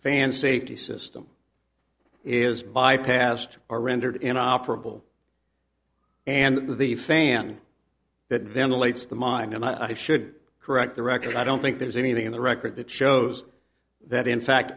fan safety system is bypassed are rendered inoperable and that the fan that ventilates the mine and i should correct the record i don't think there's anything in the record that shows that in fact